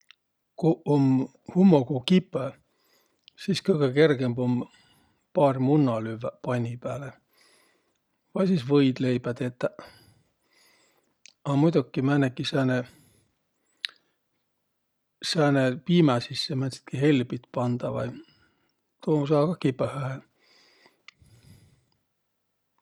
Kuq um hummogu kipõ, sis kõgõ kergemb um paar munna lüvväq panni pääle vai sis võidleibä tetäq. A muidoki määnegi sääne, sääne piimä sisse määntsitki helbit pandaq vai, tuu saa kah kibõhõhe.